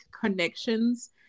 connections